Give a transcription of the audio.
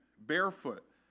barefoot